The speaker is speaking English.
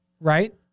right